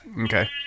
Okay